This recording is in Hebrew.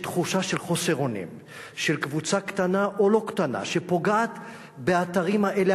יש תחושה של חוסר אמונים של קבוצה קטנה או לא קטנה שפוגעת באתרים האלה,